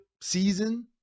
season